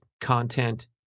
content